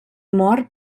mort